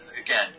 again